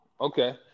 Okay